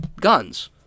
guns